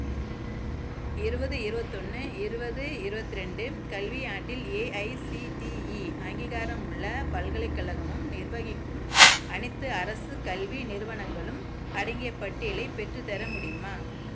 இருபது இருபத்தொன்னு இருபது இருபத்ரெண்டு கல்வியாண்டில் ஏஐசிடிஇ அங்கீகாரமுள்ள பல்கலைக்கழகமும் நிர்வகிக்கும் அனைத்து அரசு கல்வி நிறுவனங்களும் அடங்கிய பட்டியலை பெற்றுத்தர முடியுமா